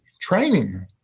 training